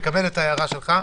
מקבל את ההערה שלך.